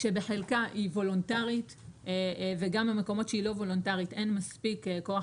בחלקה וולונטרית וגם המקומות שהיא לא וולונטרית אין מספיק כוח